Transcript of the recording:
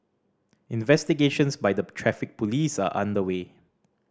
investigations by the Traffic Police are underway